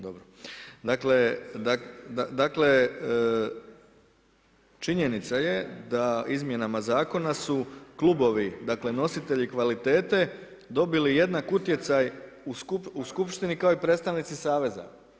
Dakle, činjenica je da izmjenama zakona su klubovi, dakle nositelji kvalitete dobili jednak utjecaj u skupštini kao i predstavnici saveza.